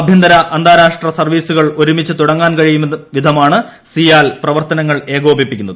ആഭ്യന്തര അന്താരാഷ്ട സർപ്പീസുകൾ ഒരുമിച്ച് തുടങ്ങാൻ കഴിയും ്വിധമാണ് സിയാൽ പ്രവർത്തനങ്ങൾ ഏകോപിപ്പിക്കുന്നത്